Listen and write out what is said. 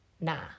nah